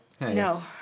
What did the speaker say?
No